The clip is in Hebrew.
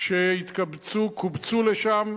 מהיצירות שהתקבצו, קובצו לשם,